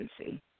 agency